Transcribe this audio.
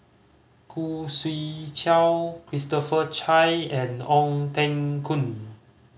Khoo Swee Chiow Christopher Chia and Ong Teng Koon